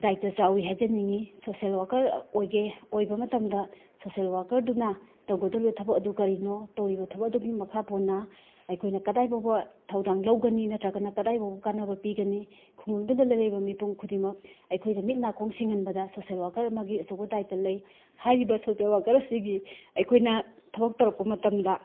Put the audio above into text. ꯗꯥꯏꯇ ꯆꯥꯎꯏ ꯍꯥꯏꯖꯅꯤꯡꯏ social worker ꯑꯣꯏꯒꯦ ꯑꯣꯏꯕ ꯃꯇꯝꯗ ꯁꯣꯁꯦꯜ ꯋꯥꯔꯀꯔꯗꯨꯅ ꯇꯧꯒꯗꯧꯔꯤꯕ ꯊꯕꯛ ꯑꯗꯨ ꯀꯔꯤꯅꯣ ꯇꯧꯔꯤꯕ ꯊꯕꯛ ꯑꯗꯨꯒꯤ ꯃꯈꯥ ꯄꯣꯟꯅ ꯑꯩꯈꯣꯏꯅ ꯀꯗꯥꯏꯐꯥꯎꯕ ꯊꯧꯗꯥꯡ ꯂꯧꯒꯅꯤ ꯅꯠꯇ꯭ꯔꯒꯅ ꯀꯗꯥꯏꯐꯥꯎꯕ ꯀꯥꯟꯅꯕ ꯄꯤꯒꯅꯤ ꯈꯨꯡꯒꯪꯗꯨꯗ ꯂꯩꯔꯤꯕ ꯃꯤꯄꯨꯡ ꯈꯨꯗꯤꯡꯃꯛ ꯑꯩꯈꯣꯏꯅ ꯃꯤꯠ ꯅꯥꯀꯣꯡ ꯁꯤꯡꯍꯟꯕꯗ ꯁꯣꯁꯦꯜ ꯋꯥꯀꯔ ꯑꯃꯒꯤ ꯑꯆꯧꯕ ꯗꯥꯏꯇ ꯂꯩ ꯍꯥꯏꯔꯤꯕ ꯁꯣꯁꯦꯜ ꯋꯥꯀꯔ ꯑꯁꯤꯒꯤ ꯑꯩꯈꯣꯏꯅ ꯊꯕꯛ ꯇꯧꯔꯛꯄ ꯃꯇꯝꯗ